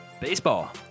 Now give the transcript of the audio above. baseball